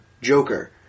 Joker